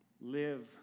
live